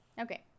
Okay